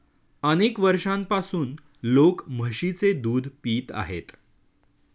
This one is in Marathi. अनेक वर्षांपासून लोक म्हशीचे दूध पित आहेत